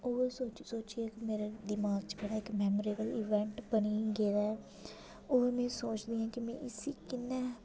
ओह् सोची सोचियै मेरे दिमाग च इक बड़ा मेमोरेबल इवेंट बनी गेदा ऐ हून में सोचनी आं कि इसी में कि'यां